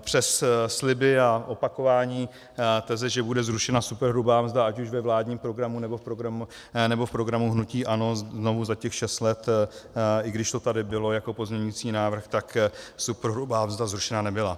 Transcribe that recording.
Přes sliby a opakování teze, že bude zrušena superhrubá mzda, ať už ve vládním programu, nebo v programu hnutí ANO, znovu za těch šest let, i když to tady bylo jako pozměňující návrh, tak superhrubá mzda zrušena nebyla.